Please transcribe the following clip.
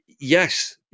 yes